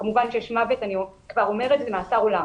כמובן כשיש מוות, אני כבר אומרת שזה מאסר עולם.